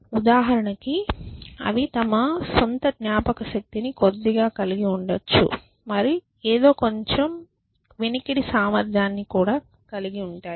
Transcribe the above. ఉదాహరణకు అవి తమ సొంత జ్ఞాపకశక్తిని కొద్దిగా కలిగి ఉండవచ్చు మరియు ఏదో కొంచెం వినికిడి సామర్థ్యాన్ని కలిగి ఉంటాయి